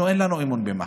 אנחנו, אין לנו אמון במח"ש.